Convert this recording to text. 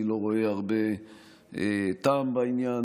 אני לא רואה הרבה טעם בעניין.